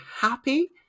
happy